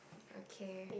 okay